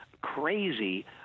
crazy